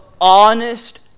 honest